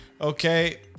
okay